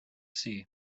sea